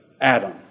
Adam